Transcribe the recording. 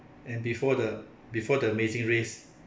and before the before the amazing race